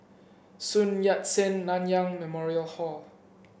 Sun Yat Sen Nanyang Memorial Hall